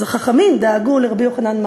אז החכמים דאגו לרבי יוחנן.